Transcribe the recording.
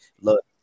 look